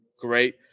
great